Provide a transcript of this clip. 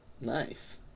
Nice